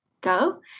go